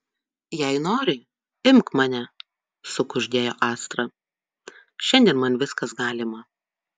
jei nori imk mane sukuždėjo astra šiandien man viskas galima